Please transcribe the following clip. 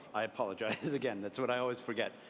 i apologize again. that's what i always forget.